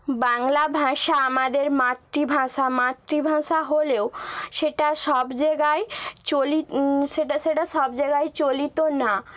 বাংলা ভাষা আমাদের মাতৃভাষা মাতৃভাষা হলেও সেটা সব জায়গায় চলিত সেটা সেটা সব জায়গায় চলিত না